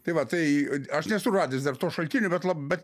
tai va tai aš nesu radęs dar to šaltinio bet lab bet